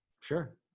sure